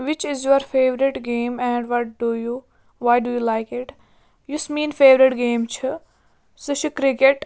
which is your favourite game and what do you why do you like it یُس میٛٲنۍ favourite game چھِ سُہ چھِ cricket